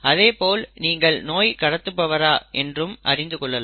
அதேபோல் நீங்கள் நோய் கடத்துபவரா என்றும் அறிந்து கொள்ளலாம்